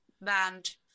band